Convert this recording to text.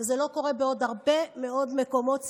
וזה לא קורה בעוד הרבה מאוד מקומות ציבוריים.